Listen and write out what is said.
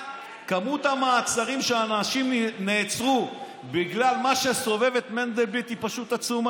שמספר המעצרים שאנשים נעצרו בגלל מה שסובב את מנדלבליט הוא פשוט עצום.